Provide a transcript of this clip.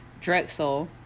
drexel